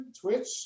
Twitch